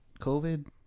COVID